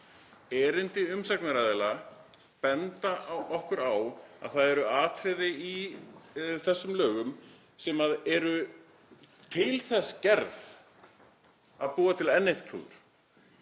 Erindi umsagnaraðila benda okkur á að það eru atriði í þessum lögum sem eru til þess gerð að búa til enn eitt